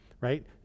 right